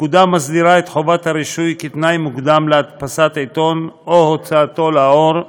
הפקודה מסדירה את חובת הרישוי כתנאי מוקדם להדפסת עיתון או הוצאתו לאור,